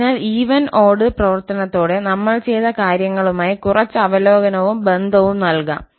അതിനാൽ even odd പ്രവർത്തനത്തോടെ നമ്മൾ ചെയ്ത കാര്യങ്ങളുമായി കുറച്ച് അവലോകനവും ബന്ധവും നൽകാം